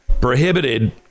prohibited